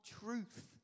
truth